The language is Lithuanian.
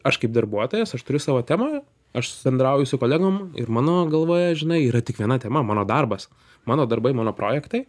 aš kaip darbuotojas aš turiu savo temą aš bendrauju su kolegom ir mano galvoje žinai yra tik viena tema mano darbas mano darbai mano projektai